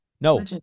No